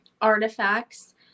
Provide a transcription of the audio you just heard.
artifacts